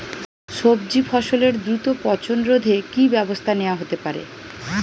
সবজি ফসলের দ্রুত পচন রোধে কি ব্যবস্থা নেয়া হতে পারে?